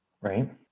Right